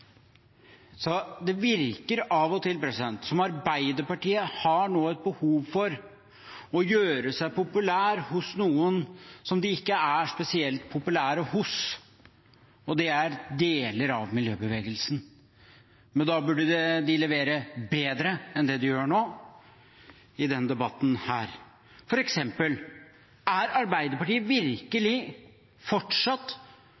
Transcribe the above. Det virker av og til som om Arbeiderpartiet nå har et behov for å gjøre seg populær hos noen som de ikke er spesielt populære hos, og det er deler av miljøbevegelsen. Men da burde de levere bedre enn det de gjør nå, i denne debatten. For eksempel: Er Arbeiderpartiet